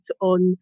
on